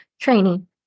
training